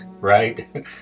right